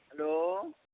hello